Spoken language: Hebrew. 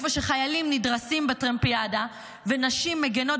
איפה שחיילים נדרסים בטרמפיאדה ונשים מגינות